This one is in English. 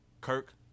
Kirk